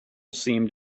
seemed